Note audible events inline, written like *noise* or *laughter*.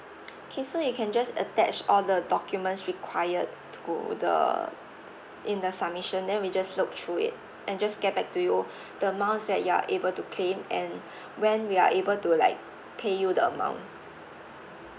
okay so you can just attach all the documents required to the in the submission then we just look through it and just get back to you *breath* the amounts that you are able to claim and when we are able to like pay you the amount